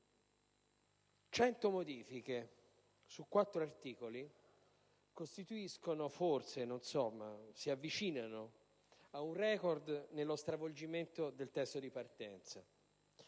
100 modifiche per quattro articoli costituiscono forse - certamente vi si avvicinano - un *record* nello stravolgimento del testo di partenza.